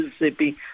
Mississippi